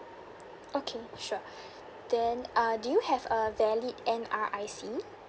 okay sure then uh do you have a valid N_R_I_C